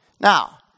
Now